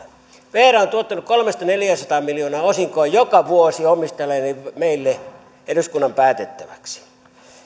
vr on tuottanut kolmesataa viiva neljäsataa miljoonaa osinkoa joka vuosi omistajilleen meille eduskunnan päätettäväksi